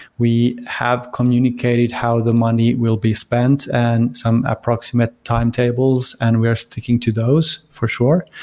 we have communicated how the money will be spent and some approximate time tables and we are sticking to those for sure.